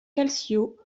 calcio